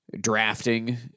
drafting